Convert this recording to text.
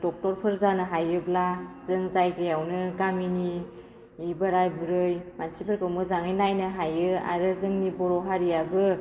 डक्टरफोर जानो हायोब्ला जों जायगायावनो गामिनि बोराय बुरै मानसिफोरखौ मोजाङै नायनो हायो आरो जोंनि बर' हारिआबो